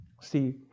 See